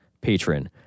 patron